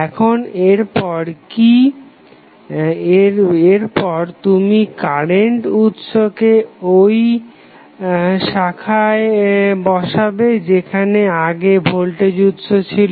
এখন এরপর কি এরপর তুমি কারেন্ট উৎসকে ঐ শাখায় বসাবে যেখানে আগে ভোল্টেজ উৎস ছিল